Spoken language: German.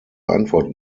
antwort